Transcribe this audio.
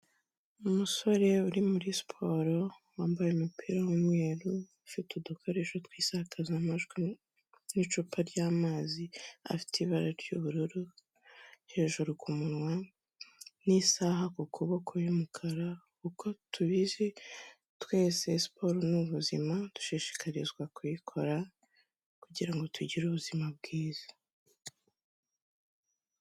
Umusore uri muri siporo wambaye umupira w'umweru ufite udukoresho tw'isakazamajwi n'icupa ry'amazi, afite ibara ry'ubururu hejuru ku munwa n'isaha ku kuboko y'umukara, uko tubizi twese siporo ni ubuzima dushishikarizwa kuyikora kugira ngo tugire ubuzima bwiza.